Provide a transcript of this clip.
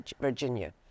Virginia